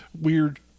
weird